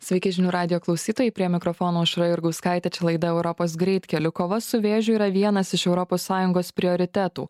sveiki žinių radijo klausytojai prie mikrofono aušra jurgauskaitė čia laida europos greitkeliu kova su vėžiu yra vienas iš europos sąjungos prioritetų